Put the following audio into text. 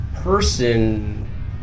person